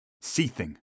seething